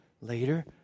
later